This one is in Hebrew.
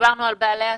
ועל בעלי העסקים,